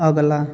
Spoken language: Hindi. अगला